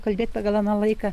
kalbėt pagal aną laiką